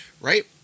right